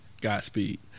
Godspeed